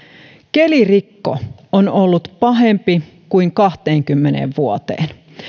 kelirikko on ollut pahempi kuin kahteenkymmeneen vuoteen